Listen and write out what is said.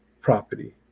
property